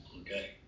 okay